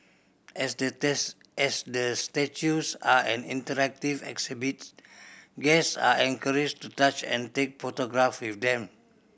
as as the statues are an interactive exhibit guest are encouraged to touch and take photograph with them